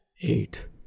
Eight